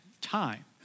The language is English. time